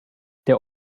der